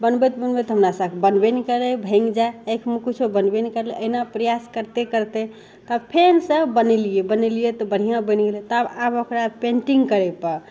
बनबैत बनबैत तऽ हमरासँ बनबे नहि करय भैङ्ग जाइ आँखि मुँह कुछो बनबे नहि करलय एहिना प्रयास करते करते तब फेनसँ बनेलियै बनेलियै तऽ बढ़िआँ बनि गेलय तब आब ओकरा पेंटिंग करय कऽ